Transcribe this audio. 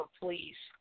please